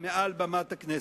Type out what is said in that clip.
מעל במת הכנסת.